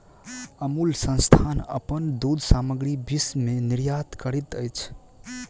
अमूल संस्थान अपन दूध सामग्री विश्व में निर्यात करैत अछि